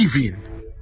Giving